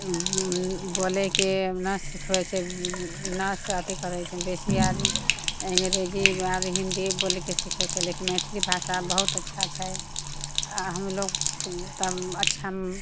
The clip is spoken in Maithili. बोलैके नहि सिखबै छै ने से अथि करै छै बेसी आदमी अंग्रेजी या हिन्दी बोलैके सिखै छै लेकिन मैथिली भाषा बहुत अच्छा छै आओर हम लोग तऽ अच्छा